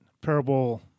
parable